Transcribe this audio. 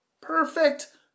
perfect